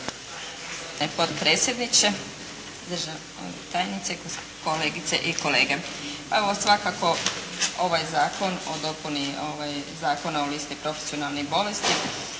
potpredsjedniče, državna tajnice, kolegice i kolege. Pa evo svakako ovaj Zakon o dopuni Zakona o listi profesionalnih bolesti